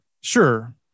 Sure